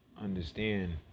understand